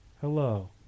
hello